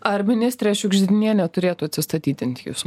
ar ministrė šiugždinienė turėtų atsistatydinti jūsų